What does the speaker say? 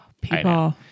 People